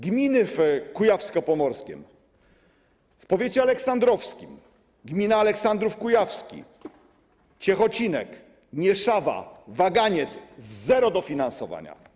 Gminy w Kujawsko-Pomorskiem - w powiecie aleksandrowskim: gmina Aleksandrów Kujawski, Ciechocinek, Nieszawa, Waganiec - zero dofinansowania.